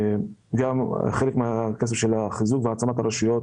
חלק מהכסף של החיזוק והעצמת הרשויות